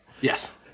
Yes